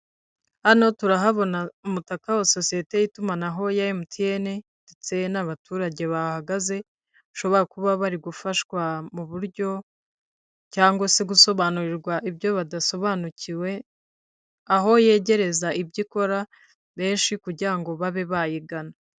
Hano turahabona umutakaka wa sosete y'itumanaho ya MTN, ndetse n'abaturage bahahagaze bashobora kuba barigufashwa mu buryo cyangwa se gusobanurirwa ibyo badasobanukiwe. Aho yegereza ibyo ikora benshi kugira ngo babe bayigana.